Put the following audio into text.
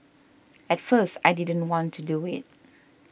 at first I didn't want to do it